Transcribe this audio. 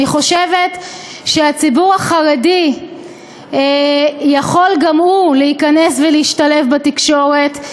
אני חושבת שהציבור החרדי יכול גם הוא להיכנס ולהשתלב בתקשורת.